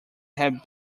have